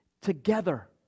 together